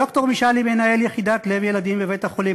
ד"ר משאלי הוא מנהל יחידת לב ילדים בבית-החולים